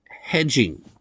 hedging